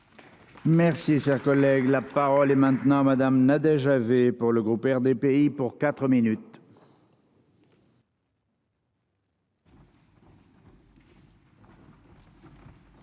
Merci cher collègue là. Parole et maintenant madame Nadège avait pour le groupe RDPI pour 4 minutes.